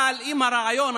אבל אם הרעיון,